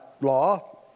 law